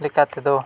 ᱞᱮᱠᱟᱛᱮᱫᱚ